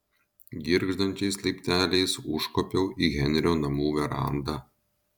girgždančiais laipteliais užkopiau į henrio namų verandą